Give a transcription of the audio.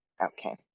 Okay